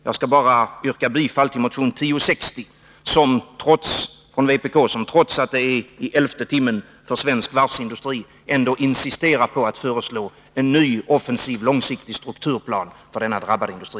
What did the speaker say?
Jag skall bara yrka bifall till motion 1060 från vpk som, trots att det nu är i elfte timmen för svensk varvsindustri, ändå insisterar på att föreslå en ny, offensiv och långsiktig strukturplan för denna drabbade industri.